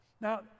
Now